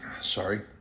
sorry